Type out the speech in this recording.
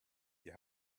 you